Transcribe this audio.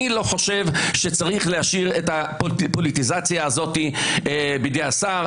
אני לא חושב שצריך להשאיר את הפוליטיזציה הזאת בידי השר.